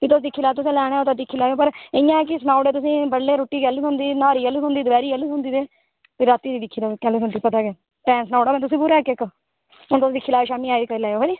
एह् तुसें लैना होग दिक्खी लैयो ते इंया की सनाई ओड़ेओ की बडलै रुट्टी कैलूं थ्होंदी न्हारी कैलूं थ्होंदी दपैहरीं आह्ली ते रातीं दी पता निं कैलूं थ्होंदी पता गै नेईं एह् इक्क इक्क ते तुस आयो शामीं दिक्खियै करी लैयो